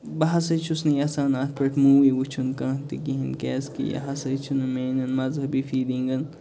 بہٕ ہسا چھُس نہٕ یژھان اَتھ پٮ۪ٹھ موٗوِی وُچھُن کانٛہہ تہِ کہیٖنۍ کیازِ کہِ یہِ ہسا چھِنہٕ میٲنٮ۪ن مذہبی فیٖلِنٛگَن